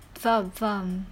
faham faham